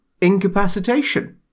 incapacitation